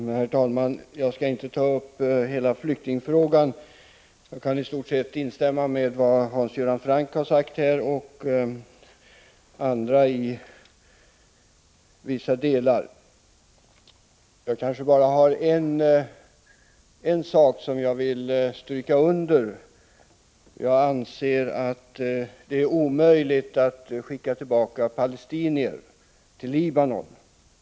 Herr talman! Jag skall inte ta upp hela flyktingfrågan. Jag kan i stort sett instämma i vad Hans Göran Franck här har sagt, och även i vissa delar av vad andra talare har sagt. Det är bara en sak som jag vill stryka under. Jag anser nämligen att det är omöjligt att skicka tillbaka palestinier till Libanon.